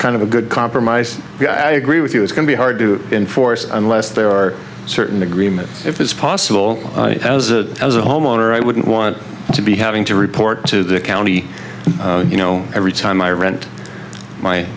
kind of a good compromise i agree with you it's going to be hard to enforce unless there are certain agreements if it's possible as a as a homeowner i wouldn't want to be having to report to the county you know every time i rent my